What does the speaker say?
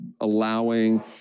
allowing